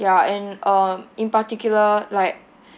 ya and um in particular like